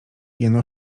jeno